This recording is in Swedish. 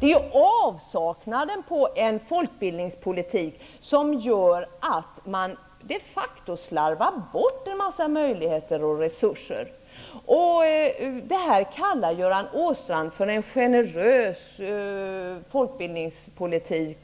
Det är avsaknaden av en folkbildningspolitik som gör att man de facto slarvar bort en mängd möjligheter och resurser. Detta kallar Göran Åstrand för en generös folkbildningspolitik.